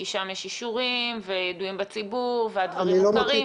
כי שם יש אישורים וידועים בציבור והדברים מוכרים,